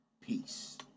Peace